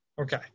Okay